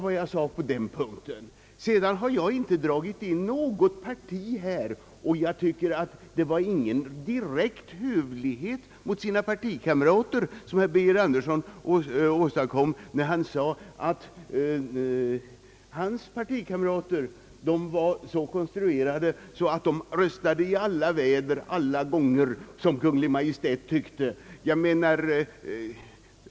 Vidare har jag inte d parti här. Det var ingen het mot de egna partika herr Birger Andersson <+esterade när han sade att hans partik rater var så konstruerade att de i ala väder alla gånger röstade för Kun 1. Maj:ts förslag.